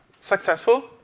successful